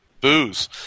Booze